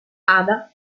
ada